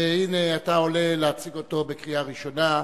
והנה אתה עולה להציג אותו לקריאה ראשונה,